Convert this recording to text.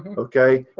okay,